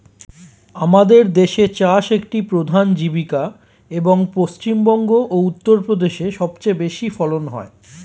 আমাদের দেশে চাষ একটি প্রধান জীবিকা, এবং পশ্চিমবঙ্গ ও উত্তরপ্রদেশে সবচেয়ে বেশি ফলন হয়